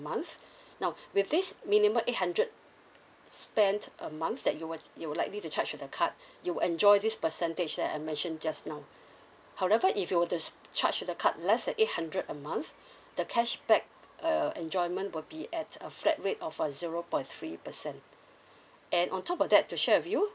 now with this minimum eight hundred spent a month that you would you were likely to charge to the card you will enjoy this percentage that I mentioned just now however if you were to charge the card less than eight hundred a month the cashback err enjoyment will be at a flat rate of four zero point three percent and on top of that to share with you